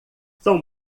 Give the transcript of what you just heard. são